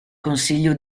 consiglio